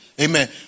Amen